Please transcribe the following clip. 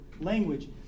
language